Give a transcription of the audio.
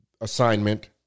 assignment